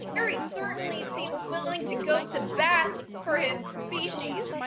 berry certainly seems willing to go to bat for his species.